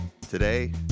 Today